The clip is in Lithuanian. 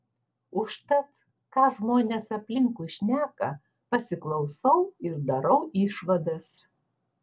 užtat ką žmonės aplinkui šneka pasiklausau ir darau išvadas